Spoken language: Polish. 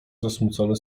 zasmucone